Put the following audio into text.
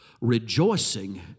rejoicing